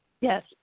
Yes